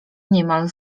niemal